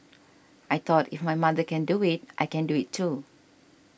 I thought if my mother can do it I can do it too